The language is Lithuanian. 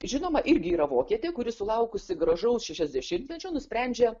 žinoma irgi yra vokietė kuri sulaukusi gražaus šešiasdešimtmečio nusprendžia